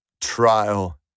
trial